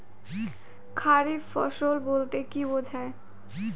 খারিফ ফসল বলতে কী বোঝায়?